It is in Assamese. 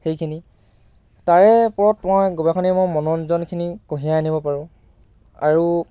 সেইখিনি তাৰে ওপৰত মই গৱেষণীয় মই মনোৰঞ্জনখিনি কঢ়িয়াই আনিব পাৰোঁ আৰু